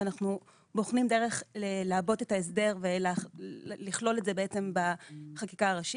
ואנחנו בוחנים דרך לעבות את ההסדר ולכלול את זה בעצם בחקיקה הראשית.